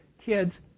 kids